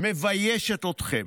מביישת אתכם.